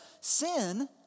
sin